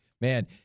Man